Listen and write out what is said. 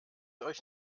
euch